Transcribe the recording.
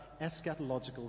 eschatological